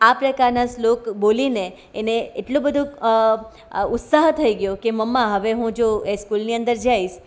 આ પ્રકારના શ્લોક બોલીને એને એટલો બધો ઉત્સાહ થઈ ગયો કે મમ્મા હવે હું જો એ સ્કૂલની અંદર જઈશ